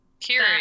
kiri